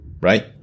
right